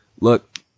look